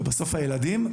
ובסוף הילדים,